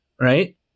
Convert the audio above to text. right